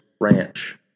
ranch